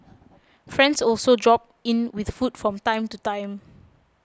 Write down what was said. friends also drop in with food from time to time